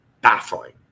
baffling